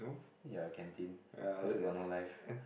ya canteen cause you got no life